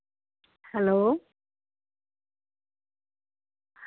hello